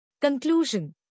Conclusion